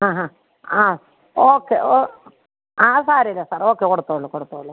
അ അ ആ ഓക്കെ ഓ അത് സാരമില്ല സാർ ഓക്കെ കൊടുത്തോളു കൊടുത്തോളു